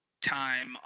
time